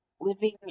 living